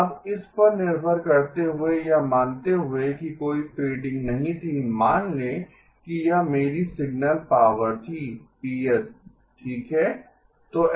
अब इस पर निर्भर करते हुए यह मानते हुए कि कोई फ़ेडिंग नहीं थी मान लें कि यह मेरी सिग्नल पावर थी Ps ठीक है